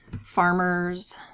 farmers